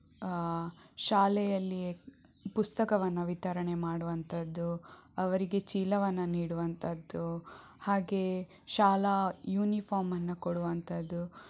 ಶಾಲೆಯಲ್ಲಿಯೇ ಪುಸ್ತಕವನ್ನು ವಿತರಣೆ ಮಾಡುವಂಥದ್ದು ಅವರಿಗೆ ಚೀಲವನ್ನು ನೀಡುವಂಥದ್ದು ಹಾಗೇ ಶಾಲಾ ಯೂನಿಫಾರ್ಮನ್ನು ಕೊಡುವಂಥದ್ದು